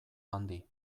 handi